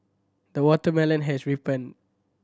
the watermelon has ripened